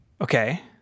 Okay